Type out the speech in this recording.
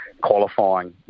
qualifying